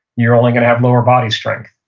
you're only going to have lower body strength.